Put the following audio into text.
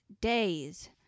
days